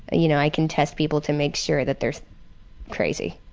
ah you know, i can test people to make sure that they're crazy,